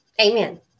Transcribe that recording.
Amen